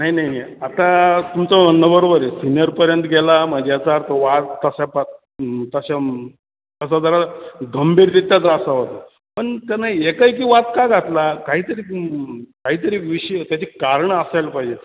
नाही नाही आता तुमचं म्हणणं बरोबर आहे सीनियरपर्यंत गेला मग याचा अर्थ वाद तसा पा तसं तसा जरा गंभीररित्याचा असावा पण त्यांना एकाएकी वाद का घातला काहीतरी काहीतरी विषय त्याची कारणं असायला पाहिजे